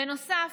בנוסף,